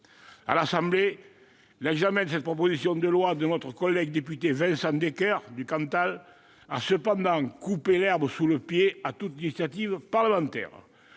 À l'Assemblée nationale, l'examen d'une proposition de loi de notre collègue député Vincent Descoeur, du Cantal, a cependant coupé l'herbe sous le pied à toute initiative parlementaire.